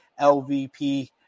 LVP